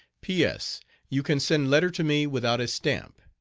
p s you can send letter to me without a stamp.